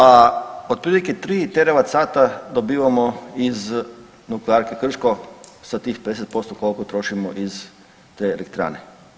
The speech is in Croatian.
A otprilike 3 Teravat sata dobivamo iz nuklearke Krško sa tih 50% koliko trošimo iz te elektrane.